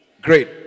Great